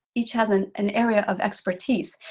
each has an an area of expertise.